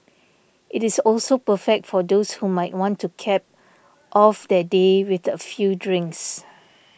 it is also perfect for those who might want to cap off their day with a few drinks